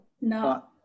No